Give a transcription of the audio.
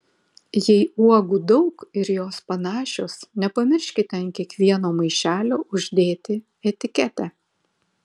jei uogų daug ir jos panašios nepamirškite ant kiekvieno maišelio uždėti etiketę